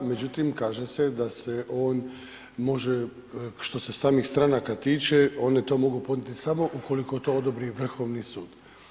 Međutim, kaže se da se on, može, što se samih stranaka tiče, one to mogu podnijeti, samo ukoliko to odobri Vrhovni sud.